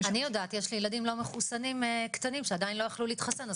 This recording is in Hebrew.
אני יודעת יש לי ילדים לא מחוסנים קטנים שעדיין לא יכלו להתחסן,